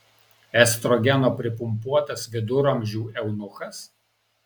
estrogeno pripumpuotas viduramžių eunuchas